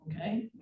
Okay